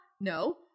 no